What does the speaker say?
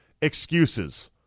excuses